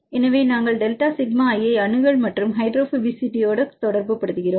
எனவே நாங்கள் delta sigma i யை அணுகல் மற்றும் ஹைட்ரோபோபசிட்டியோடு தொடர்புபடுத்துகிறோம்